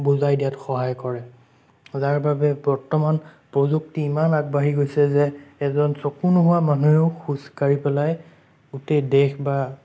বুজাই দিয়াত সহায় কৰে যাৰ বাবে বৰ্তমান প্ৰযুক্তি ইমান আগবাঢ়ি গৈছে যে এজন চকু নোহোৱা মানুহেও খোজকাঢ়ি পেলাই গোটেই দেশ বা